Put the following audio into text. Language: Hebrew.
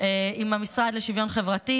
שלו עם המשרד לשוויון חברתי,